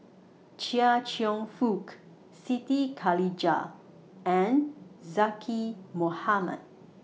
Chia Cheong Fook Siti Khalijah and Zaqy Mohamad